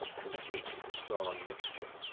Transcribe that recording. completes the strong mixture.